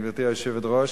גברתי היושבת-ראש,